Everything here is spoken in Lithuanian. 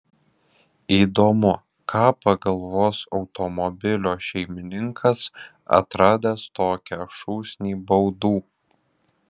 įdomu ką pagalvos automobilio šeimininkas atradęs tokią šūsnį baudų